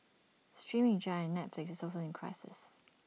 streaming giant Netflix is also in crisis